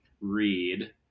read